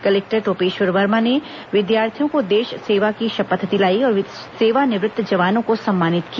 collector Topeshwar Verma ने विद्यार्थियों को देश सेवा की शपथ दिलाई और सेवानिवृत्त जवानों को सम्मानित किया